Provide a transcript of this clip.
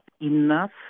enough